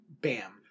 Bam